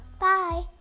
Bye